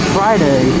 Friday